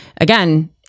Again